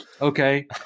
okay